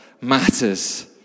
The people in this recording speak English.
matters